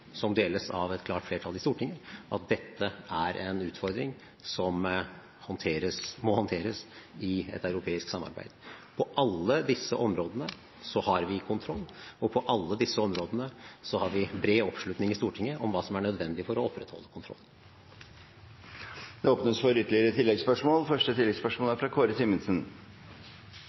som deles av et klart flertall i Stortinget, av at dette er en utfordring som må håndteres i et europeisk samarbeid. På alle disse områdene har vi kontroll, og på alle disse områdene har vi bred oppslutning i Stortinget om hva som er nødvendig for å opprettholde kontroll. Det åpnes for